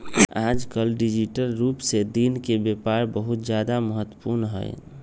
आजकल डिजिटल रूप से दिन के व्यापार बहुत ज्यादा महत्वपूर्ण हई